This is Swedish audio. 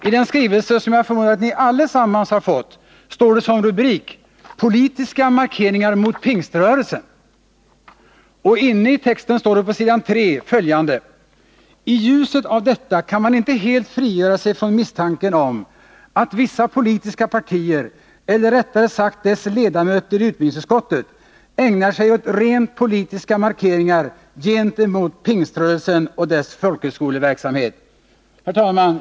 I den skrivelse som jag förmodar att vi allesammans har fått lyder rubriken: Politiska markeringar mot Pingströrelsen. Inne i texten på s. 3 står följande: ”TI ljuset av detta kan man inte helt frigöra sig från misstanken om att vissa politiska partier eller rättare sagt dess ledamöter i utbildningsutskottet ägnar sig åt rent politiska markeringar gentemot Pingströrelsen och dess folkhögskoleverksamhet.” Herr talman!